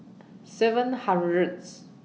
seven hundredth